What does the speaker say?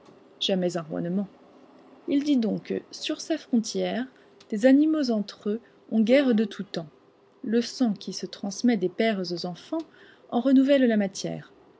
ne ment il dit donc que sur sa frontière des animaux entre eux ont guerre de tout temps le sang qui se transmet des pères aux enfants en renouvelle la matière